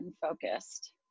focused